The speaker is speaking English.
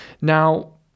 Now